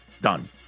done